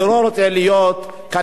אני לא רוצה להיות קניבל,